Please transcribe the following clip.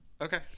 Okay